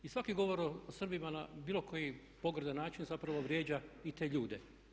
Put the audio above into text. I svaki govor o Srbima na bilo koji pogrdan način zapravo vrijeđa i te ljude.